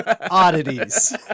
oddities